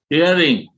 Hearing